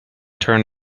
turned